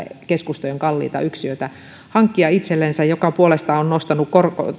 keskustojen kalliita yksiöitä hankkia itsellensä mikä puolestaan on nostanut